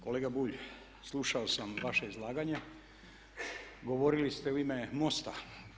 Kolega Bulj, slušao sam vaše izlaganje, govorili ste u ime MOST-a.